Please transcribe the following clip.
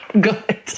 Good